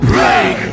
Break